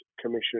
Commission